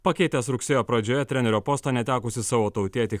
pakeitęs rugsėjo pradžioje trenerio posto netekusį savo tautietį